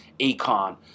Akon